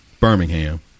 Birmingham